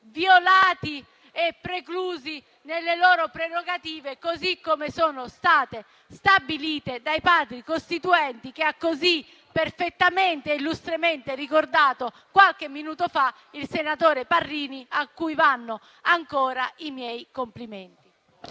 violati e preclusi nelle loro prerogative, così come sono state stabilite dai Padri costituenti, che ha così perfettamente e illustremente ricordato qualche minuto fa il senatore Parrini, a cui vanno ancora i miei complimenti.